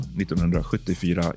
1974